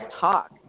talk